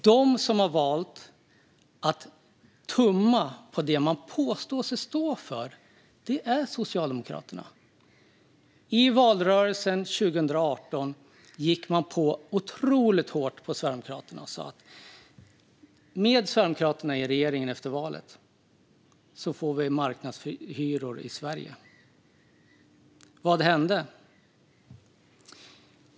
De som har valt att tumma på det de påstår sig stå för är Socialdemokraterna. I valrörelsen 2018 gick de på otroligt hårt mot Sverigedemokraterna och sa att man med Sverigedemokraterna i regeringen efter valet skulle få marknadshyror i Sverige. Vad hände?